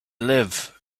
live